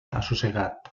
assossegat